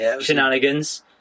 shenanigans